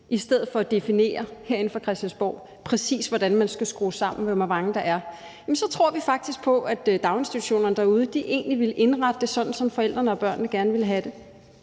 i stedet for at definere herinde fra Christiansborg, præcis hvordan man skal skrue det sammen, i forhold til hvor mange der er, så tror vi faktisk på, at daginstitutionerne derude egentlig ville indrette det, sådan som forældrene og børnene gerne ville have det.